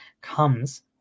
comes